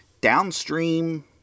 downstream